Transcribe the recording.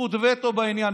הזכות וטו בעניין,